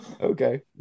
Okay